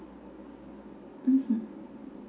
mmhmm